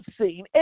seen